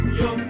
yo